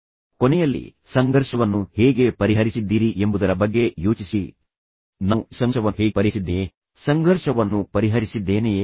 ಮತ್ತು ಅದರ ಕೊನೆಯಲ್ಲಿ ನೀವು ಸಂಘರ್ಷವನ್ನು ಹೇಗೆ ಪರಿಹರಿಸಿದ್ದೀರಿ ಎಂಬುದರ ಬಗ್ಗೆ ಯೋಚಿಸಲು ಪ್ರಯತ್ನಿಸಿಃ ನಾನು ಈ ಸಂಘರ್ಷವನ್ನು ಹೇಗೆ ಪರಿಹರಿಸಿದ್ದೇನೆಯೇ